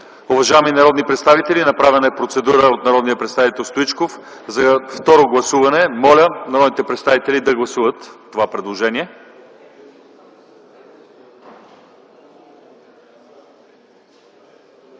Уважаеми народни представители, направена е процедура от народния представител Стоичков за второ гласуване. Моля, гласувайте това предложение.